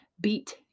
beat